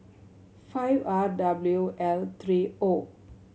five R W L three O